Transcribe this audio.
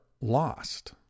lost